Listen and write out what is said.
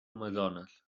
amazones